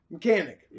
Mechanic